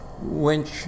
winch